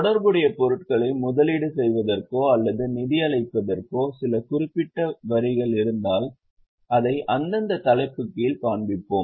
தொடர்புடைய பொருட்களை முதலீடு செய்வதற்கோ அல்லது நிதியளிப்பதற்கோ சில குறிப்பிட்ட வரிகள் இருந்தால் அதை அந்தந்த தலைப்பின் கீழ் காண்பிப்போம்